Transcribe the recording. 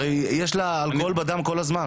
הרי יש לה אלכוהול בדם כל הזמן.